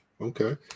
okay